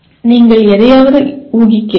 நீங்கள் எதையாவது ஊகிக்கிறீர்கள்